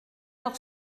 leur